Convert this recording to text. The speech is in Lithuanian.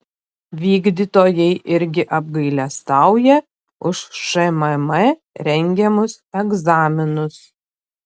vykdytojai irgi apgailestauja už šmm rengiamus egzaminus